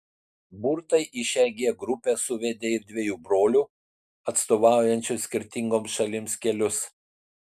burtai į šią g grupę suvedė ir dviejų brolių atstovaujančių skirtingoms šalims kelius